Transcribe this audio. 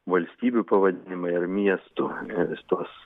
valstybių pavadinimai ar miestų ir jis tuos